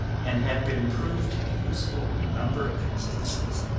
and have been proved to be useful in a number of instances.